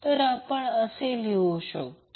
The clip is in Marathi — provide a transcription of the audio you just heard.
तर आपण काय लिहू शकतो